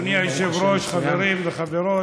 אדוני היושב-ראש, חברים וחברות,